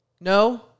No